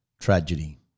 tragedy